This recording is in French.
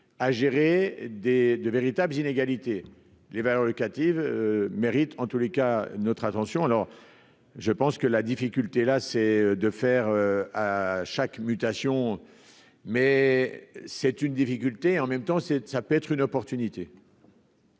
à gérer des de véritables inégalité les valeurs locatives mérite en tous les cas, notre attention, alors je pense que la difficulté, là, c'est de faire à chaque mutation mais c'est une difficulté en même temps c'est ça peut être une opportunité.